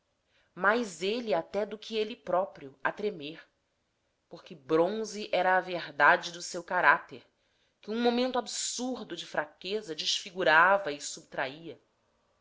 mais ele ate do que ele próprio a tremer porque bronze era a verdade do seu caráter que um momento absurdo de fraqueza desfigurava e subtraía